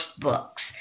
books